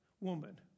woman